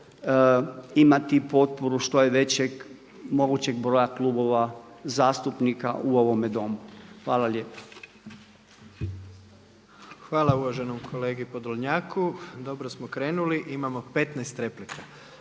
imati potporu što je većeg mogućeg broja klubova zastupnika u ovome Domu. Hvala lijepa. **Jandroković, Gordan (HDZ)** Hvala uvaženom kolegi Podolnjaku. Dobro smo krenuli, imamo 15 replika,